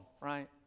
right